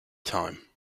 time